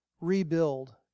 rebuild